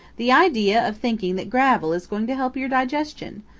the idea of thinking that gravel is going to help your digestion.